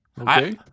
okay